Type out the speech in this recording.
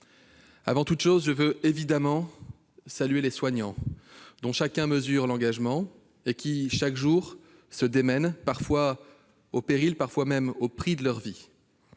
Avant toute chose, je veux évidemment saluer les soignants, dont chacun mesure l'engagement et qui, chaque jour, se démènent au péril, parfois même au prix de leur vie.